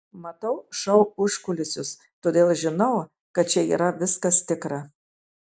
matau šou užkulisius todėl žinau kad čia yra viskas tikra